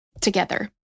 together